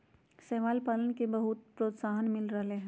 शैवाल पालन के बहुत प्रोत्साहन मिल रहले है